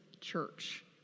church